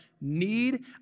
need